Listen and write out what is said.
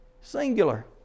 Singular